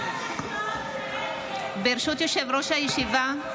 ברשות יושב-ראש הישיבה,